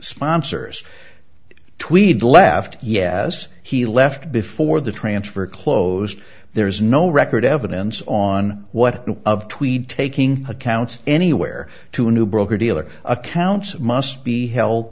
sponsors tweeds left yes he left before the transfer closed there's no record evidence on what of tweed taking accounts anywhere to a new broker dealer accounts must be held